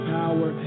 power